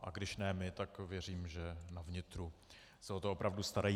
A když ne my, tak věřím, že na vnitru se o to opravdu starají.